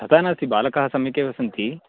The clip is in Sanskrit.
तथा नास्ति बालकाः सम्यकेव सन्ति